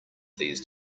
these